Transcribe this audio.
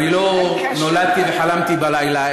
אני לא נולדתי וחלמתי בלילה,